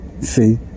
see